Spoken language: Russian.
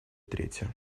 трети